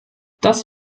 das